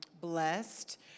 blessed